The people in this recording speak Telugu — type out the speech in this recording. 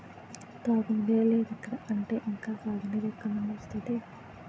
తాగునీరే లేదిక్కడ అంటే ఇంక సాగునీరు ఎక్కడినుండి వస్తది?